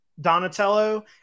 Donatello